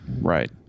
Right